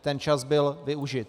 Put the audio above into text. Ten čas byl využit.